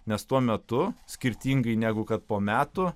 nes tuo metu skirtingai negu kad po metų